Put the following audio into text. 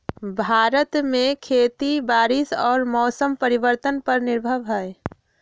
भारत में खेती बारिश और मौसम परिवर्तन पर निर्भर हई